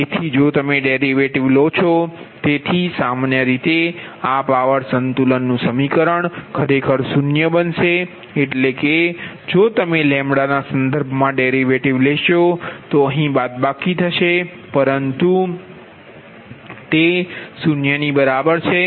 તેથી જો તમે ડેરિવેટિવ લો છો તેથી સામાન્ય રીતે આ પાવાર સંતુલનનું સમીકરણ ખરેખર 0 બનશે એટલે કે જો તમે ના સંદર્ભમાં ડેરિવેટિવ લેશો તો અહીં બાદબાકી થશે પરંતુ તે 0 ની બરાબર છે